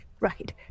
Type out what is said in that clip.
right